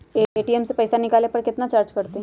ATM से पईसा निकाले पर पईसा केतना चार्ज कटतई?